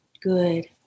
Good